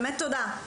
באמת תודה.